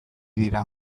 dira